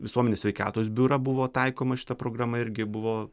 visuomenės sveikatos biurą buvo taikoma šita programa irgi buvo